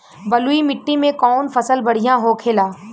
बलुई मिट्टी में कौन फसल बढ़ियां होखे ला?